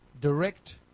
direct